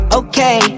okay